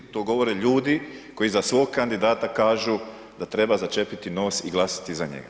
To govore ljudi koji za svog kandidata kažu da treba začepiti nos i glasati za njega.